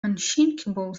unshakeable